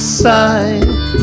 side